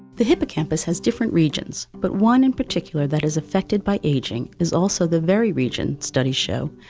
the hippocampus has different regions, but one in particular that is affected by aging is also the very region, studies show,